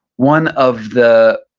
one of the,